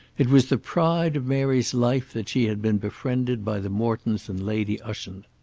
it was the pride of mary's life that she had been befriended by the mortons and lady ushant.